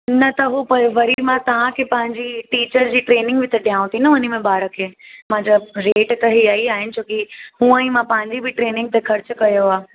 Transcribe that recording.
न त हो पर वरी मां तव्हांखे पंहिंजी टीचर जी ट्रेनिंग बि त ॾियांव थी हुनमें ॿार खे मतिलब रेट त हियई आहिनि छो की हुअंई मां पंहिंजी बि ट्रेनिंग ते ख़र्चु कयो आहे